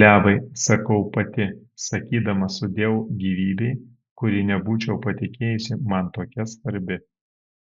levai sakau sau pati sakydama sudieu gyvybei kuri nebūčiau patikėjusi man tokia svarbi